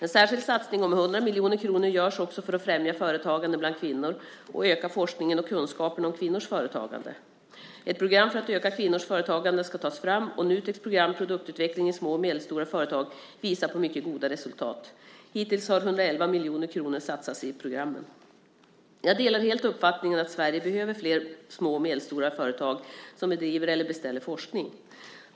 En särskild satsning om 100 miljoner kronor görs också för att främja företagande bland kvinnor och öka forskningen och kunskaperna om kvinnors företagande. Ett program för att öka kvinnors företagande ska tas fram. Nuteks program, Produktutveckling i små och medelstora företag, visar på mycket goda resultat. Hittills har 111 miljoner kronor satsats i programmet. Jag delar helt uppfattningen att Sverige behöver flera små och medelstora företag som bedriver eller beställer forskning.